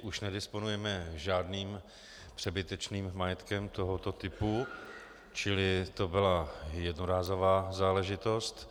Už nedisponujeme žádným přebytečným majetkem tohoto typu, čili to byla jednorázová záležitost.